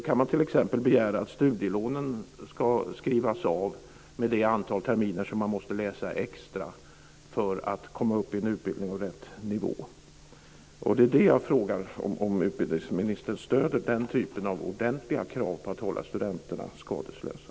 Man kan t.ex. begära att studielånen ska skrivas av med det antal terminer som man måste läsa extra för att komma upp i en utbildning på rätt nivå. Det är det jag frågar. Stöder utbildningsministern den typen av ordentliga krav på att hålla studenterna skadeslösa?